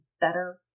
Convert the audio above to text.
better